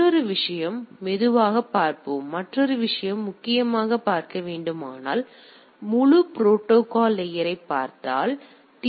மற்றொரு விஷயம் மெதுவாக பார்ப்போம் மற்றொரு விஷயம் முக்கியம் பார்க்க முழு ப்ரோடோகால் லேயர் பார்த்தால் எனவே டி